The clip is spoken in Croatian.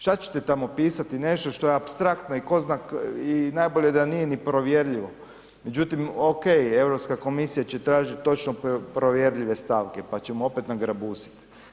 Šta ćete tamo pisati nešto što je apstraktno i ko zna i najbolje da nije ni provjerljivo, međutim ok, Europska komisija će tražit točno provjerljive stavke pa ćemo opet nagrabusit.